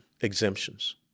exemptions